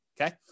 okay